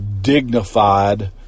dignified